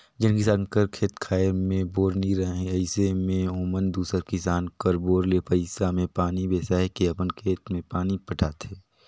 जेन किसान कर खेत खाएर मे बोर नी रहें अइसे मे ओमन दूसर किसान कर बोर ले पइसा मे पानी बेसाए के अपन खेत मे पानी पटाथे